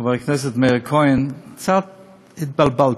חבר הכנסת מאיר כהן, קצת התבלבלת.